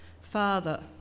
Father